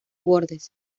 bordes